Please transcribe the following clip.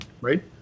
right